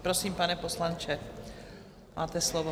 Prosím, pane poslanče, máte slovo.